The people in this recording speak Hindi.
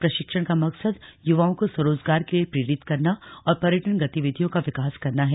प्रशिक्षण का मकसद युवाओं को स्वरोजगार के लिए प्रेरित करना और पर्यटन गतिविधियों का विकास करना है